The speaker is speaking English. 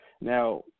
Now